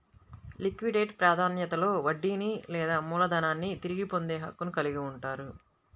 liquidate ప్రాధాన్యతలో వడ్డీని లేదా మూలధనాన్ని తిరిగి పొందే హక్కును కలిగి ఉంటారు